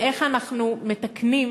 איך אנחנו מתקנים